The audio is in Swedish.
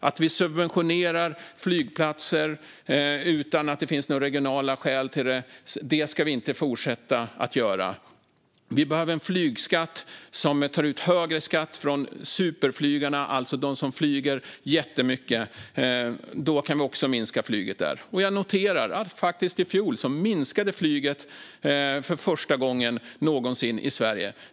Att subventionera flygplatser utan att det finns några regionala skäl till det ska vi inte heller fortsätta med. Vi behöver ta ut högre flygskatt från superflygarna, alltså de som flyger jättemycket. Då kan vi också minska flyget där. Jag noterar att flyget i fjol faktiskt minskade för första gången någonsin i Sverige.